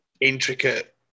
intricate